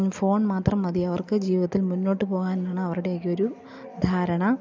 phone മാത്രം മതി അവർക്ക് ജീവിതത്തിൽ മുന്നോട്ടു പോകാനുള്ള അവർക്ക് അവരുടെയൊക്കെയൊരു ധാരണ